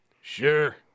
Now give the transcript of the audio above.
Sure